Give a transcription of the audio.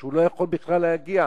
שהוא לא יכול בכלל להגיע.